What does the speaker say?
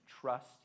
trust